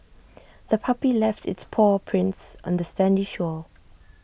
the puppy left its paw prints on the sandy shore